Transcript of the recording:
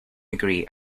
agree